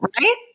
right